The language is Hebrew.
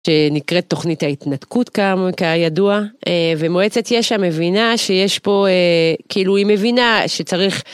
שנקראת תוכנית ההתנתקות כידוע, ומועצת יש"ע מבינה שיש פה כאילו היא מבינה שצריך.